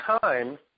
time